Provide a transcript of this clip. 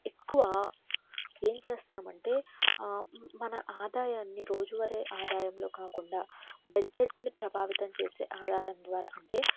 ఎక్కువ ఏమి చేస్తున్నాం అంటే మన ఆదాయాన్ని రోజువారీ ఆదాయంలో కాకుండా బడ్జెట్ని ప్రభావితం చేసే ఆధారం ద్వారా అంటే